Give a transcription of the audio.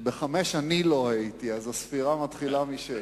ב-5 אני לא הייתי, אז הספירה מתחילה מ-6.